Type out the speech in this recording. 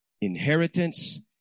inheritance